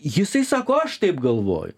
jisai sako aš taip galvoj